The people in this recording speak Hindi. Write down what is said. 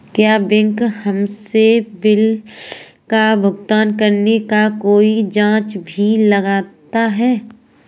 क्या बैंक हमसे बिल का भुगतान करने पर कोई चार्ज भी लेता है?